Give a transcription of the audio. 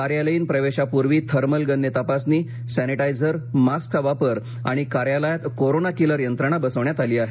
कार्यालयीन प्रवेशापूर्वी थर्मल गनने तपासणी सॅनिटायझर मास्कचा वापर आणि कार्यालयात कोरोना किलर यंत्रणा बसवण्यात आली आहे